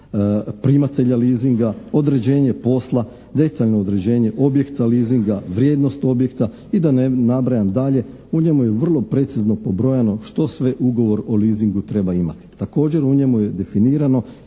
u njemu je definirano